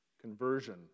Conversion